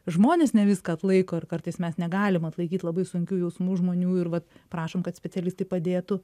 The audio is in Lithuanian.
žmonės ne viską atlaiko ir kartais mes negalim atlaikyti labai sunkių jausmų žmonių ir vat prašom kad specialistai padėtų